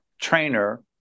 trainer